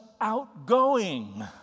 outgoing